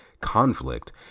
conflict